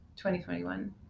2021